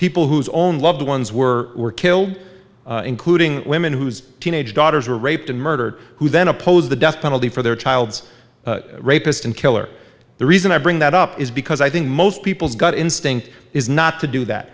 people whose own loved ones were killed including women whose teenage daughters were raped and murdered who then oppose the death penalty for their child's rapist and killer the reason i bring that up is because i think most people's gut instinct is not to do that